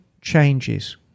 changes